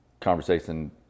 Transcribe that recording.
conversation